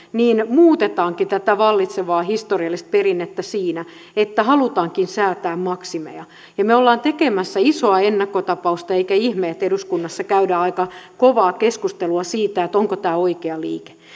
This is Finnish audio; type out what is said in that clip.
muutammekin tätä vallitsevaa historiallista perinnettä siinä että halutaankin säätää maksimeja me olemme tekemässä isoa ennakkotapausta eikä ihme että eduskunnassa käydään aika kovaa keskustelua siitä onko tämä oikea liike